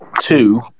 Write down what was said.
two